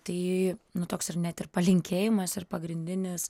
tai nu toks ir net ir palinkėjimas ir pagrindinis